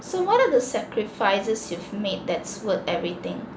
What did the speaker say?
so what are the sacrifices you've made that's worth everything